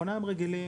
אופניים רגילים,